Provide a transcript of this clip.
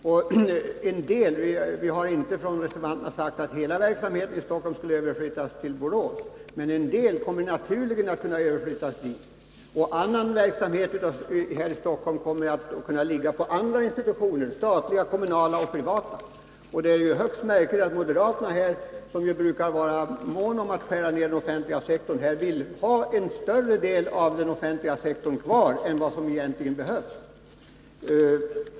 Vi reservanter har inte sagt att hela verksamheten i Stockholm skulle överflyttas till Borås, men en del kommer naturligen att kunna överflyttas dit. Annan verksamhet här i Stockholm kommer att kunna ligga på andra institutioner — statliga, kommunala och privata. Det är högst märkligt att moderaterna, som ju brukar vara måna om att skära ner den offentliga sektorn, här vill ha en större del av den offentliga sektorn kvar än vad som egentligen behövs.